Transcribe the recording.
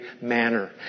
manner